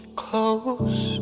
close